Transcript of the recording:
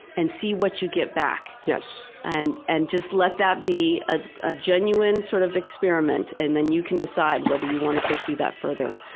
and see what you get back. back. and and just let that be a ah genuine sort of experiment, and then you can decide whether you want to pursue that further.